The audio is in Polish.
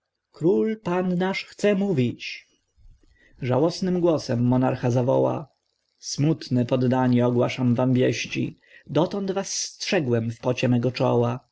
król pan nasz chce mówić żałośnym głosem monarcha zawoła smutne poddani ogłaszam wam wieści dotąd was strzegłem w pocie mego czoła